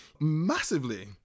Massively